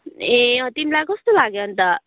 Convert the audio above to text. ए अँ तिमीलाई कस्तो लाग्यो अन्त